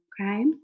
Okay